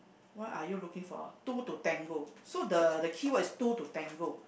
why are you looking for a two to tango so the the keyword is two to tango